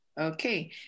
Okay